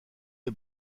des